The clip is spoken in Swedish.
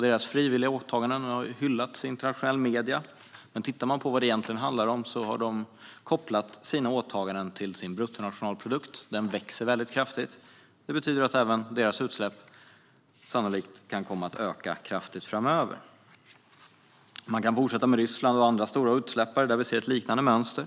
Deras frivilliga åtaganden har hyllats i internationell media, men tittar man på vad det egentligen handlar om har Indien kopplat sina åtaganden till sin bruttonationalprodukt som växer mycket kraftigt. Det betyder att utsläppen även där sannolikt kan komma att öka kraftigt framöver. Man kan fortsätta med Ryssland och andra stora utsläppare där ser vi ett liknande mönster.